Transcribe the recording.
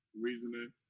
reasoning